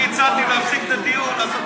אני הצעתי להפסיק את הדיון.